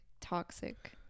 toxic